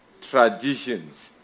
Traditions